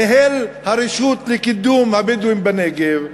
ניהל את הרשות לקידום הבדואים בנגב,